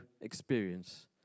experience